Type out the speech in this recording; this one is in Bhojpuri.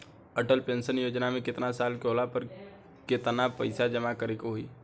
अटल पेंशन योजना मे केतना साल के होला पर केतना पईसा जमा करे के होई?